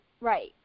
right